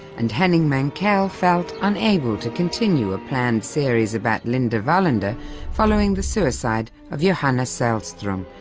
and henning mankell felt unable to continue a planned series about linda wallander following the suicide of johanna sallstrom,